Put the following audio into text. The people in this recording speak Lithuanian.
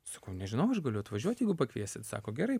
sakau nežinau aš galiu atvažiuot jeigu pakviesit sako gerai